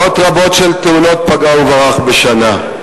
מאות רבות של תאונות פגע וברח בשנה.